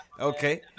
Okay